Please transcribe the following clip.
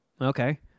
okay